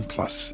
Plus